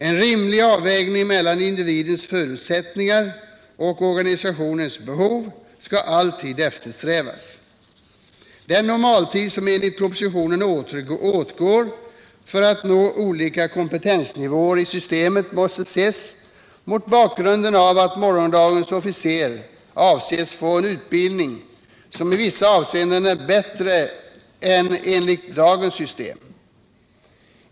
En rimlig avvägning mellan individens förutsättningar och organisationens behov skall alltid eftersträvas. Den normaltid som enligt propositionen åtgår för att nå olika kompetensnivåer i systemet måste ses mot bakgrunden av att morgondagens officer avses få en utbildning som i vissa avseenden är bättre än med dagens system.